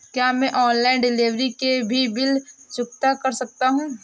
क्या मैं online delivery के भी बिल चुकता कर सकता हूँ?